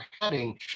heading